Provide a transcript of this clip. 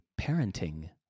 parenting